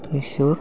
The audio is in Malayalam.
തൃശൂർ